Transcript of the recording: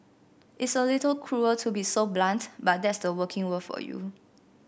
it's a little cruel to be so blunt but that's the working world for you